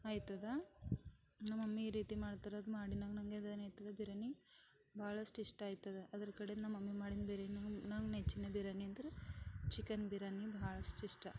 ಆಯ್ತದ ನಮ್ಮಮ್ಮಿ ಈ ರೀತಿ ಮಾಡ್ತಾರೆ ಅದು ಮಾಡಿದಾಗ ಬಿರ್ಯಾನಿ ಆಯ್ತದ ಭಾಳಷ್ಟು ಇಷ್ಟ ಆಯ್ತದ ಅದರ ಕಡೆ ನಮ್ಮಮ್ಮಿ ಮಾಡಿದ ಬಿರ್ಯಾನಿ ಅಂದ್ರೆ ನಂಗೆ ನಿಜ ಬಿರ್ಯಾನಿ ಅಂದರೆ ಚಿಕನ್ ಬಿರ್ಯಾನಿ ಭಾಳಷ್ಟು ಇಷ್ಟ